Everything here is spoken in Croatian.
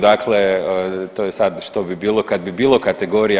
Dakle, to je sad što bi bilo kad bi bilo kategorija.